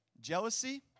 jealousy